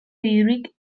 dirurik